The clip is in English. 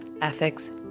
ethics